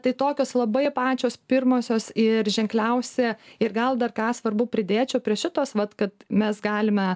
tai tokios labai pačios pirmosios ir ženkliausia ir gal dar ką svarbu pridėčiau prie šitos vat kad mes galime